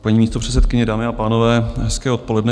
Paní místopředsedkyně, dámy a pánové, hezké odpoledne.